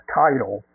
title